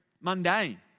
mundane